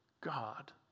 God